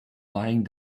lying